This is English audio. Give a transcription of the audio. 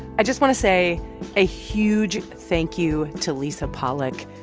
i just want to say a huge thank you to lisa pollak,